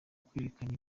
ukwerekana